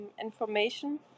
information